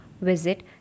Visit